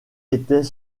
était